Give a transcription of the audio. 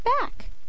back